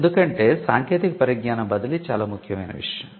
ఎందుకంటే సాంకేతిక పరిజ్ఞానం బదిలీ చాల ముఖ్యమైన విషయం